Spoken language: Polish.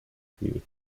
chwili